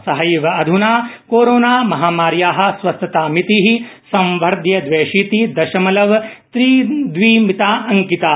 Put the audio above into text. सहैव अध्ना कोरोनामहामार्या स्वस्थतामिति संवर्ध्य दवयाशीति दशमलव दवि त्रिमिता अंकिता